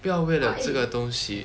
不要为了这个东西